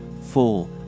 full